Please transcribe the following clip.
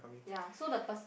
ya so the pers~